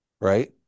right